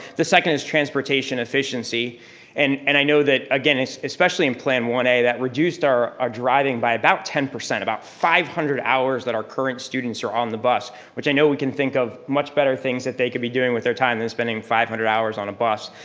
the second is transportation efficiency and and i know that again, especially in plan one a that reduced our our driving by about ten, about five hundred hours that our current students are on the bus which i know we can think of much better things that they could be doing with their time than spending five hundred hours on a bus.